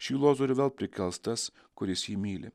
šį lozorių vėl prikels tas kuris jį myli